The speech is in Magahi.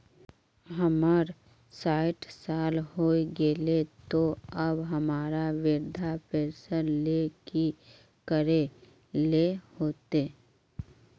हमर सायट साल होय गले ते अब हमरा वृद्धा पेंशन ले की करे ले होते?